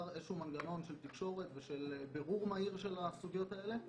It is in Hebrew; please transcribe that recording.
מנגנון של תקשורת ושל בירור מהיר של הסוגיות האלה.